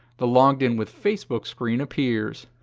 the logged in with facebook screen appears.